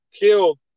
killed